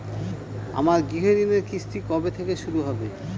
আমার গৃহঋণের কিস্তি কবে থেকে শুরু হবে?